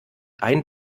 ein